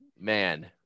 man